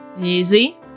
Easy